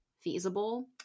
Feasible